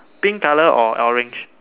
pink colour or orange